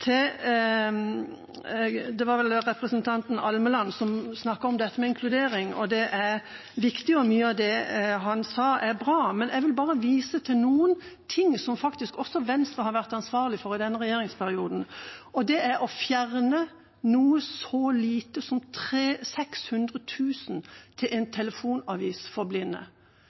representanten Almeland, var det vel, som snakket om dette med inkludering. Det er viktig, og mye av det han sa, er bra. Men jeg vil bare vise til en del ting som faktisk også Venstre har vært ansvarlig for i denne regjeringsperioden, bl.a. å fjerne noe så lite som 600 000 kr til en